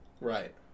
Right